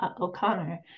O'Connor